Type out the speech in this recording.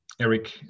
Eric